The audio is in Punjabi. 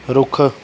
ਰੁੱਖ